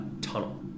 tunnel